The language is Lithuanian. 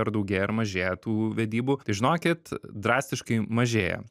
ar daugėja ar mažėja tų vedybų tai žinokit drastiškai mažėja